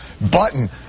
button